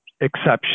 exception